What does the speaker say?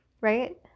right